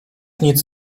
nic